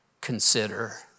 consider